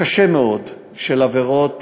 קשה מאוד של עבירות